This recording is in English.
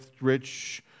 rich